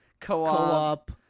co-op